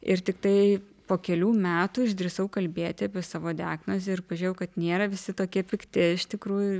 ir tiktai po kelių metų išdrįsau kalbėti apie savo diagnozę ir pažiūrėjau kad nėra visi tokie pikti iš tikrųjų